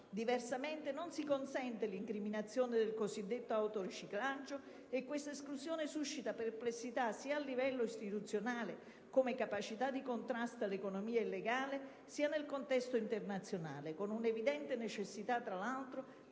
diversamente, non si consente l'incriminazione del cosiddetto autoriciclaggio, e questa esclusione suscita perplessità, sia a livello istituzionale, come capacità di contrasto all'economia illegale, sia nel contesto internazionale, con un'evidente necessità, tra l'altro, di adeguare